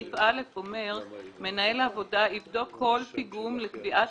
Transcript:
תקנת משנה (א) אומרת: "מנהל העבודה יבדוק כל פיגום לקביעת